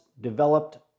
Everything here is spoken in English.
developed